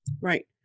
Right